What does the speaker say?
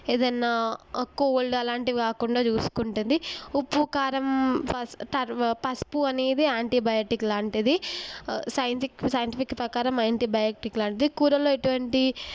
ఏదన్నా కోల్డ్ అలాంటివి కాకుండా చూసుకుంటుంది ఉప్పు కారం పసుపు టర్ పసుపు అనేది యాంటీ బయాటిక్ లాంటిది సైంటిఫిక్ సైంటిఫిక్ ప్రకారం యాంటి బయోటిక్ లాంటిది కూరల్లో ఎటువంటి